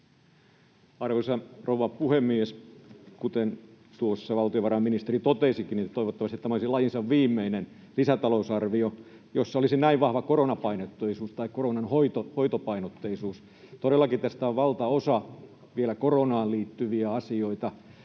Arvoisa rouva puhemies! Kuten tuossa valtiovarainministeri totesikin, niin toivottavasti tämä olisi lajinsa viimeinen sellainen lisätalousarvio, jossa on näin vahva koronanhoitopainotteisuus. Todellakin tästä on valtaosa vielä koronaan liittyviä asioita,